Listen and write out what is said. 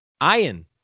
iron